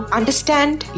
understand